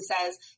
says